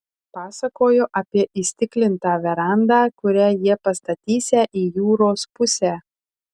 pasakojo apie įstiklintą verandą kurią jie pastatysią į jūros pusę